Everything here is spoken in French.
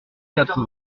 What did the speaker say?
quatre